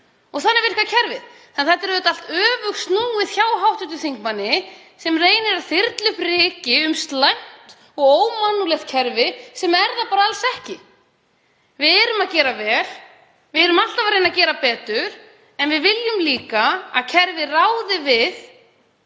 Þannig virkar kerfið. Þetta er allt öfugsnúið hjá hv. þingmanni sem reynir að þyrla upp ryki um slæmt og ómannúðlegt kerfi sem er það alls ekki. Við gerum vel. Við erum alltaf að reyna að gera betur en við viljum líka að kerfið ráði við